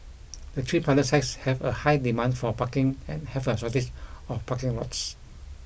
the three pilot sites have a high demand for parking and have a shortage of parking lots